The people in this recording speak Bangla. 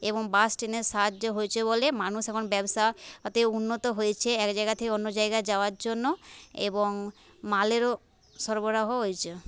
এবং বাস ট্রেনের সাহায্য হয়েছে বলে মানুষ এখন ব্যবসাতে উন্নত হয়েছে এক জায়গা থেকে অন্য জায়গায় যাওয়ার জন্য এবং মালেরও সরবরাহ হয়েছে